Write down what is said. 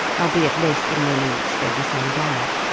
albeit less than ruminants fed the same diet.